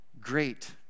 great